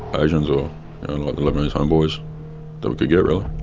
asians or the lebanese homeboys that we could get really.